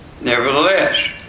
Nevertheless